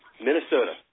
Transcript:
Minnesota